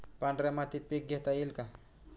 पांढऱ्या मातीत पीक घेता येईल का?